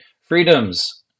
freedoms